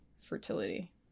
fertility